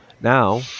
Now